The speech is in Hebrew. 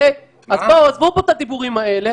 אז עזבו פה את הדיבורים האלה.